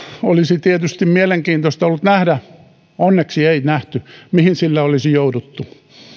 olisi tietysti mielenkiintoista ollut nähdä onneksi ei nähty mihin tällä ohjelmalla olisi jouduttu